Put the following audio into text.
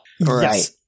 Right